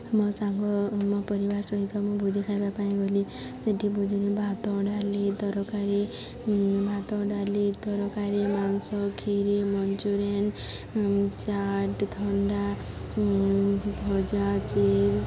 ମୋ ସାଙ୍ଗ ମୋ ପରିବାର ସହିତ ମୁଁ ଭୋଜି ଖାଇବା ପାଇଁ ଗଲି ସେଇଠି ଭୋଜିରେ ଭାତ ଡାଲି ତରକାରୀ ଭାତ ଡାଲି ତରକାରୀ ମାଂସ ଖିରି ମଞ୍ଚୁରିଆନ୍ ଚାଟ୍ ଥଣ୍ଡା ଭଜା ଚିପ୍ସ